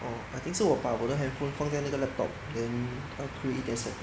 oh I think 是我把我的 handphone 放在那个 laptop then 他出 static